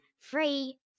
free